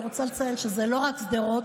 אני רוצה לציין שזה לא רק שדרות,